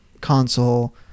console